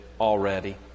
already